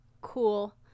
Cool